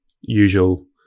usual